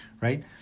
right